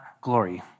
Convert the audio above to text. glory